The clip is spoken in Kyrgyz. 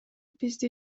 бизди